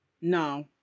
no